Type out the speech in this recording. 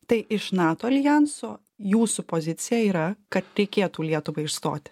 tai iš nato aljanso jūsų pozicija yra kad reikėtų lietuvai išstoti